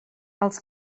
els